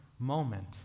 moment